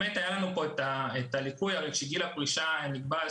היה לנו את הליקוי הזה, שנקבע שגיל הפרישה יעלה.